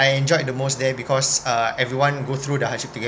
I enjoyed the most there because uh everyone go through the hardship